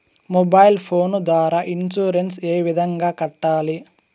mobile phone ద్వారా insurance ఏ విధంగా కట్టాలి